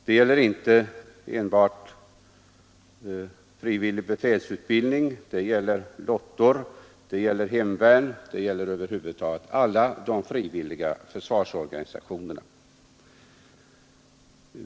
Det gäller inte enbart frivillig befälsutbildning, det gäller lottor, det gäller hemvärn, det gäller över huvud taget alla de frivilliga försvarsorganisationerna.